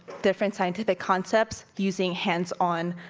different scientific concepts using hands-on